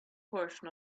portion